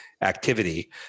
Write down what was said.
activity